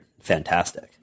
fantastic